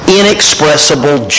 inexpressible